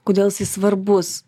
kodėl jisai svarbus